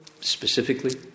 specifically